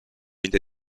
lenta